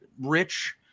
Rich